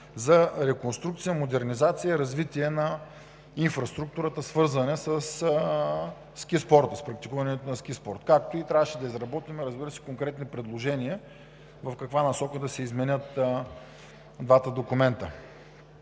за реконструкция, модернизация и развитие на инфраструктурата, свързана със ски спорта, с практикуването на ски спорт, както и да изработим, разбира се, конкретни предложения в каква насока да се изменят двата документа.